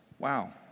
wow